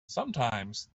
sometimes